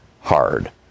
hard